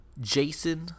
Jason